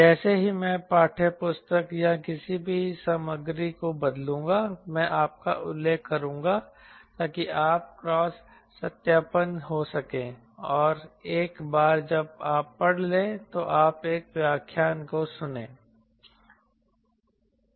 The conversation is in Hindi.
जैसे ही मैं पाठ्य पुस्तक या किसी भी सामग्री को बदलूंगा मैं आपका उल्लेख करूंगा ताकि आपका क्रॉस सत्यापन हो सके और एक बार जब आप पढ़ लें तो आप एक व्याख्यान को सुनें